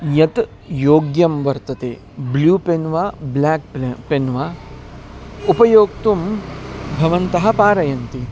यत् योग्यं वर्तते ब्ल्यू पेन् वा ब्लाक् पेन् वा उपयोक्तुं भवन्तः पारयन्ति